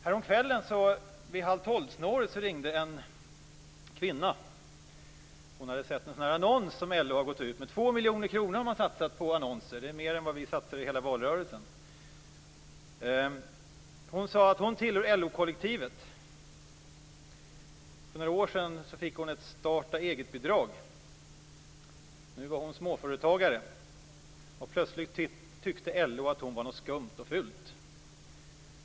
Häromkvällen vid halvtolvsnåret ringde en kvinna. Hon hade sett en sådan annons som LO har gått ut med. Man har satsat 2 miljoner kronor på annonser. Det är mer än vad vi satsade i hela valrörelsen. Hon sade att hon tillhör LO-kollektivet. För några år sedan fick hon ett starta-eget-bidrag. Nu var hon småföretagare, och plötsligt tyckte LO att hon var någonting skumt och fult.